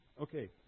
okay